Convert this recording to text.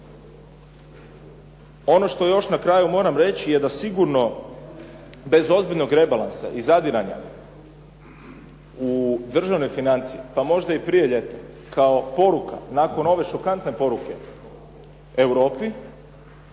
Ono što još na kraju moram reći je da sigurno bez ozbiljnog rebalansa i zadiranja u državne financije pa možda i prije ljeta kao poruka nakon ove šokantne poruke Europi